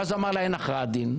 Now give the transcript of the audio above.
ואז הוא אמר לה: אין הכרעת דין.